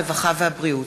הרווחה והבריאות.